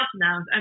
now